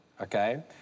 Okay